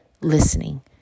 listening